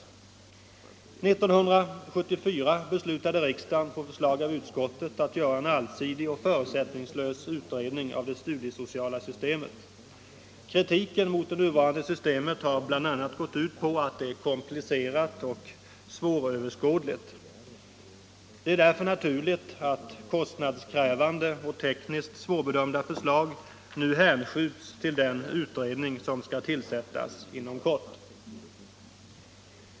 År 1974 beslutade riksdagen på förslag av utskottet att göra en allsidig och förutsättningslös utredning av det studiesociala systemet. Kritiken mot det nuvarande systemet har bl.a. gått ut på att det är komplicerat och svåröverskådligt. Det är därför naturligt att kostnadskrävande och 103 tekniskt svårbedömda förslag nu hänskjuts till den utredning som tillsätts inom kort.